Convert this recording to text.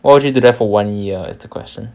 what would you do there for one year is the question